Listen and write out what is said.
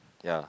ya